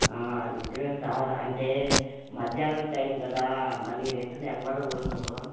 నిజమే సార్ అంటే మధ్యాహ్నం టైం కదా మళ్ళీ రిటర్న్ ఎవ్వరూ ఉండరు